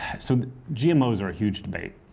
so gmos are a huge debate,